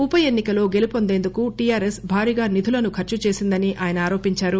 ఉప ఎన్ని కలో గెలుపొందేందుకు టీఆర్ఎస్ భారీగా నిధులను ఖర్చుచేసిందని ఆయన ఆరోపించారు